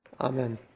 Amen